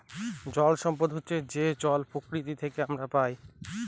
জল সম্পদ হচ্ছে যে জল প্রকৃতি থেকে আমরা পায়